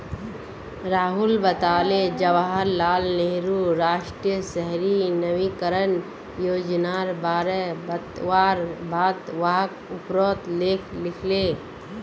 राहुल बताले जवाहर लाल नेहरूर राष्ट्रीय शहरी नवीकरण योजनार बारे बतवार बाद वाक उपरोत लेख लिखले